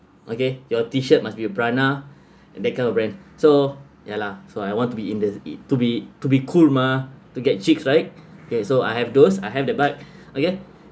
okay your t shirt must be a brana that kind of brand so ya lah so I want to be in the to be to be cool mah to get cheeks right kay so I have those I have the bike okay